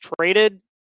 traded